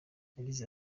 yagize